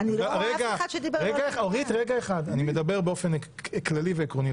אני מדבר באופן כללי ועקרוני,